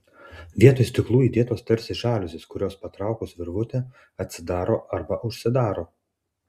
vietoj stiklų įdėtos tarsi žaliuzės kurios patraukus virvutę atsidaro arba užsidaro